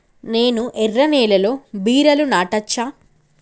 నేను ఎర్ర నేలలో బీరలు నాటచ్చా?